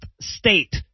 state